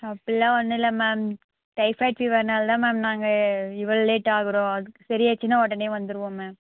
அப்பிடில்லாம் ஒன்றும் இல்லை ma'am typhoid ஃபீவர்னால் தான் மேம் நாங்கள் இவ்வளோ லேட் ஆகிறோம் அதுக்கு சரியாயிடுச்சினா உடனே வந்துடுவோம் மேம்